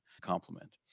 complement